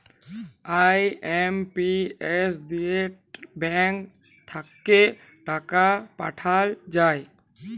IMPS দিয়ে bank থাক্যে টাকা পাঠাল যায়